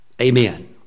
Amen